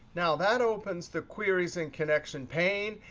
now, that opens the queries and connection pane.